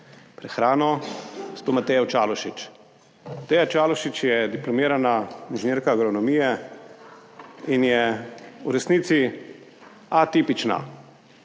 prehrano, gospo Matejo Čalušić. Mateja Čalušić je diplomirana inženirka agronomije in je v resnici a tipična